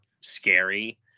scary